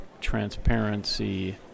transparency